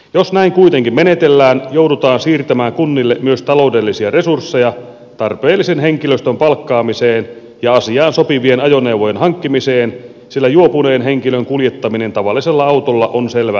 jos näin kuitenkin menetellään joudutaan siirtämään kunnille myös taloudellisia resursseja tarpeellisen henkilöstön palkkaamiseen ja asiaan sopivien ajoneuvojen hankkimiseen sillä juopuneen henkilön kuljettaminen tavallisella autolla on selvä työturvallisuusriski